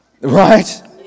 Right